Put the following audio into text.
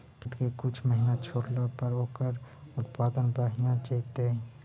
खेत के कुछ महिना छोड़ला पर ओकर उत्पादन बढ़िया जैतइ?